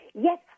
Yes